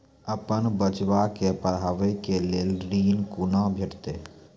अपन बच्चा के पढाबै के लेल ऋण कुना भेंटते?